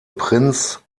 prinz